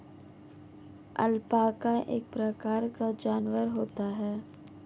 alpaca एक प्रकार का जानवर होता है